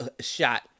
shot